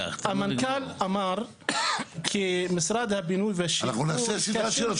המנכ"ל אמר שמשרד הבינוי והשיכון --- אנחנו נעשה סדרת שאלות.